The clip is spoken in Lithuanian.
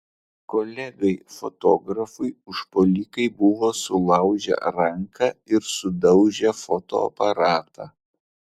kolegai fotografui užpuolikai buvo sulaužę ranką ir sudaužę fotoaparatą